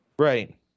Right